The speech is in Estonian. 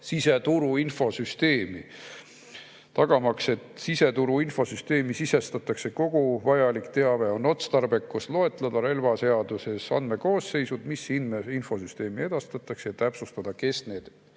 siseturu infosüsteemi. Tagamaks, et siseturu infosüsteemi sisestatakse kogu vajalik teave, on otstarbekas loetleda RelvS‑is andmekoosseisud, mis infosüsteemi esitatakse, ja täpsustada, kes need